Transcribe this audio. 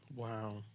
Wow